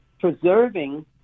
preserving